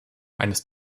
eines